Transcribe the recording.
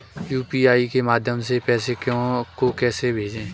UPI के माध्यम से पैसे को कैसे भेजें?